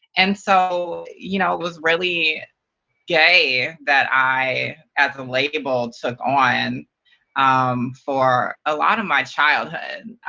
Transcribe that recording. and so you know it was really gay that i, as a label, took ah and on for a lot of my childhood.